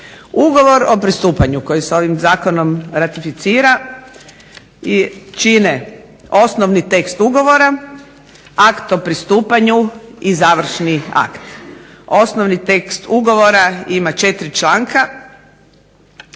Ugovor o pristupanju koji se ovim zakonom ratificira i čine Osnovni tekst ugovora, Akt o pristupanju i Završni akt. Osnovni tekst ugovora ima 4 članka